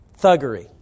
thuggery